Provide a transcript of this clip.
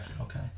okay